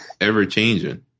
ever-changing